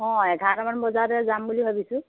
অঁ এঘাৰটামান বজাতে যাম বুলি ভাবিছোঁ